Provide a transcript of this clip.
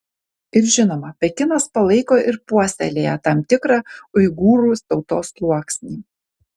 ir žinoma pekinas palaiko ir puoselėja tam tikrą uigūrų tautos sluoksnį